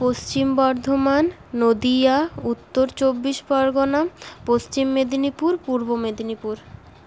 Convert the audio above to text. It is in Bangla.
পশ্চিম বর্ধমান নদীয়া উত্তর চব্বিশ পরগনা পশ্চিম মেদিনীপুর পূর্ব মেদিনীপুর